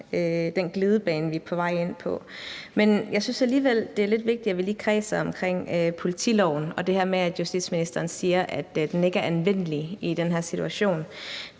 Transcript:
den glidebane, vi er på vej ind på – men jeg synes alligevel, det er lidt vigtigt, at vi lige kredser om politiloven og det her med, at justitsministeren siger, at den ikke er anvendelig i den her situation.